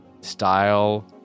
style